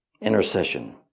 Intercession